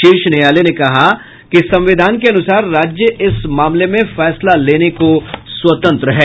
शीर्ष न्यायालय ने कहा कि संविधान के अनुसार राज्य इस मामले में फैसला लेने को स्वतंत्र है